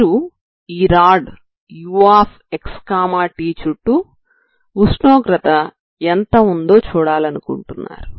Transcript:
మీరు ఈ rod uxt చుట్టూ ఉష్ణోగ్రత ఎంత ఉందో చూడాలనుకుంటున్నారు